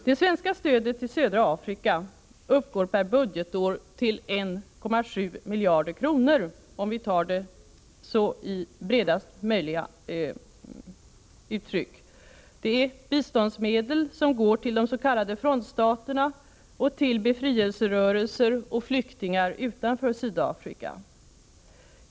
Det svenska stödet till södra Afrika uppgår till, i runt tal, 1,7 miljarder kronor per budgetår. Det är biståndsmedel som går till de s.k. frontstaterna och till befrielserörelser och flyktingar utanför Sydafrika.